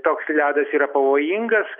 toks ledas yra pavojingas